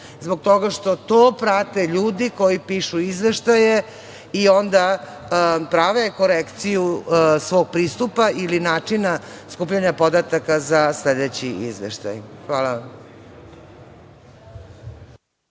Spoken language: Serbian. zbog toga što to prate ljudi koji pišu izveštaje i onda prave korekciju svog pristupa ili načina skupljanja podataka za sledeći izveštaj. Hvala vam.